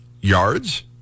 yards